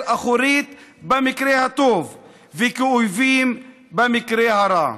אחורית במקרה הטוב וכאויבים במקרה הרע.